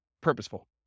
purposeful